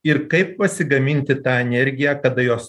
ir kaip pasigaminti tą energiją kada jos